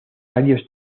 varios